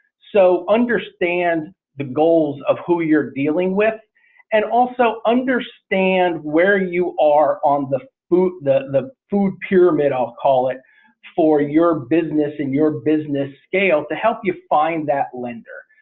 so understand the goals of who you're dealing with and also understand where you are on the food. the the food pyramid. i'll call it for your business and your business scale to help you find that lender.